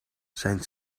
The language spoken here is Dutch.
zijn